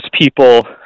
people